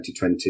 2020